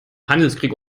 handelskrieg